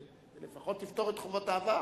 שלפחות תפתור את חובות העבר.